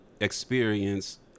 experience